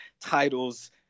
titles